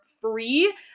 free